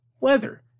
weather